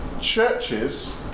Churches